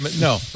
No